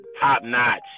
Top-notch